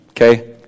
okay